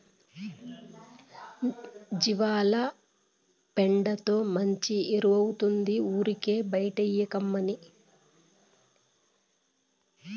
జీవాల పెండతో మంచి ఎరువౌతాది ఊరికే బైటేయకమ్మన్నీ